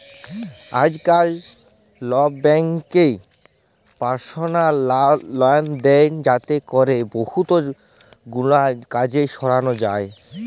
আইজকাল ছব ব্যাংকই পারসলাল লল দেই যাতে ক্যরে বহুত গুলান কাজ সরানো যায়